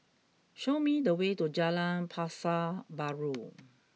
show me the way to Jalan Pasar Baru